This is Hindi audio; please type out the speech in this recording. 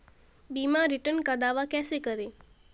बीमा रिटर्न का दावा कैसे करें?